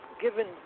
given